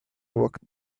walked